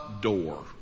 door